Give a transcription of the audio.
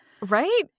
Right